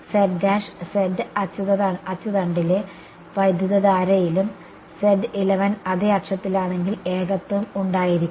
z അച്ചുതണ്ടിലെ വൈദ്യുതധാരയിലും അതേ അക്ഷത്തിലാണെങ്കിൽ ഏകത്വം ഉണ്ടായിരിക്കണം